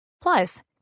plus